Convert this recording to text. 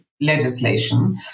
legislation